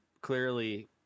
clearly